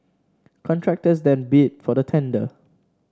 contractors then bid for the tender